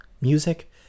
music